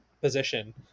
position